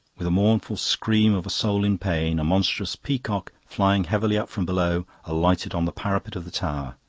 with the mournful scream of a soul in pain, a monstrous peacock, flying heavily up from below, alighted on the parapet of the tower.